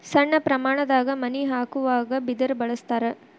ಸಣ್ಣ ಪ್ರಮಾಣದಾಗ ಮನಿ ಹಾಕುವಾಗ ಬಿದರ ಬಳಸ್ತಾರ